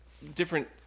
different